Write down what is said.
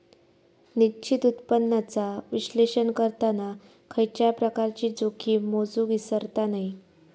निश्चित उत्पन्नाचा विश्लेषण करताना खयच्याय प्रकारची जोखीम मोजुक इसरता नये